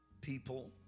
people